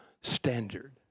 standard